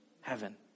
heaven